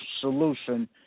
solution